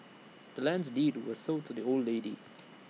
the land's deed was sold to the old lady